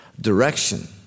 direction